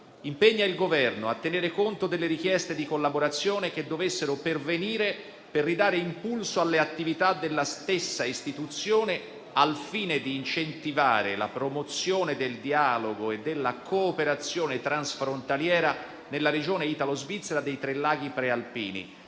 «impegna il Governo a tenere conto delle richieste di collaborazione che dovessero pervenire per ridare impulso alle attività della stessa istituzione, al fine di incentivare la promozione del dialogo e della cooperazione transfrontaliera nella regione italo-svizzera dei tre laghi prealpini